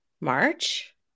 March